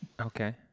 Okay